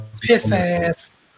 piss-ass